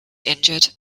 injured